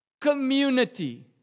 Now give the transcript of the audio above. community